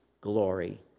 glory